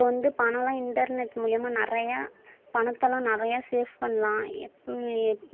இப்போ வந்து பணம்லாம் இன்டெர்நெட் மூலிமா நிறையா பணத்தலாம் நிறையா ஷேஃப் பண்ணலாம் எப் எப்